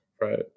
right